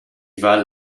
valent